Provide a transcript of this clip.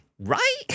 Right